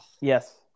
Yes